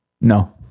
no